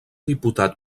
diputat